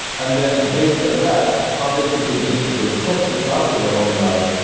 and then, based on that how they could begin to sort of test this out in their own lives,